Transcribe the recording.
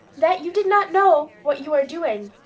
that you did not know what you were doing.